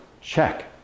Check